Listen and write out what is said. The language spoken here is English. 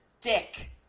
dick